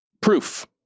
Proof